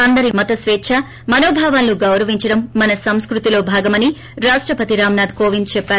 అందరి మతస్వీచ్చ మనోభావాలను గౌరవించడం మన సంస్కృతిలో భాగమని రాష్టపతి రామ్ నాద్ కోవింద్ చేప్పారు